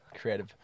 creative